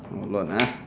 hold on uh